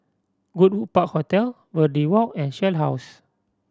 Goodwood Park Hotel Verde Walk and Shell House